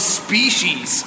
species